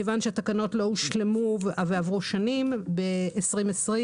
כיוון שהתקנות לא הושלמו ועברו שנים, ביוני 2020